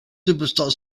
superstar